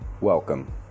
welcome